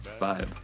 vibe